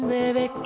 Baby